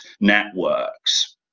networks